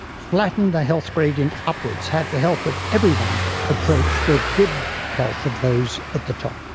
flatten the health gradient upwards have the health of everyone approach the good health of those at the top.